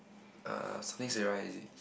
uh something Sarah is it